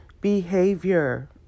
behavior